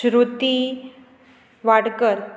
Shruti Wadkar